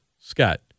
Scott